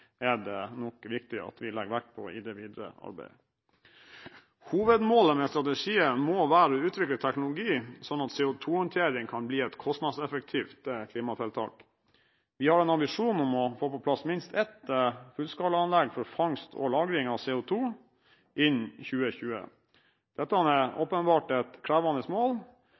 er det nok viktig at vi legger vekt på i det videre arbeidet. Hovedmålet med strategien må være å utvikle teknologi sånn at CO2-håndtering kan bli et kostnadseffektivt klimatiltak. Vi har en ambisjon om å få på plass minst ett fullskalaanlegg for fangst og lagring av CO2 innen 2020. Dette er åpenbart et krevende mål.